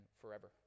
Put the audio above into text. forever